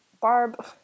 Barb